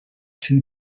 two